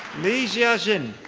lee jia xin.